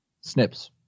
Snips